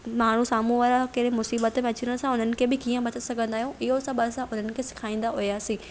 माण्हू साम्हूं वारा कहिड़े मुसीबत में अचनि सां हुननि खे बि कीअं बचाइ सघंदा आहियूं इहो सभु असां ॿियनि खे सेखारींदा हुयासीं